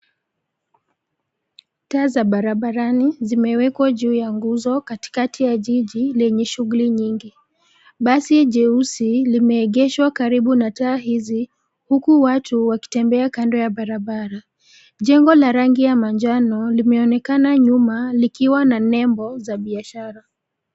Taa za barabarani zimewekwa juu ya nguzo katikati ya jiji lenye shuguli nyingi. Basi jeusi limeegeshwa karibu na taa hizi, huku watu wakitembea kando ya barabara. Jengo la rangi ya manjano limeonekana nyuma likiwa na nembo za biashara.